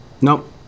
Nope